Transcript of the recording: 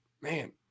man